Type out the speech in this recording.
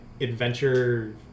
adventure